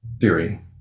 theory